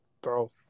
bro